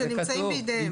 כתוב, 'שנמצאים בידיהם'.